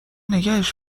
نگهش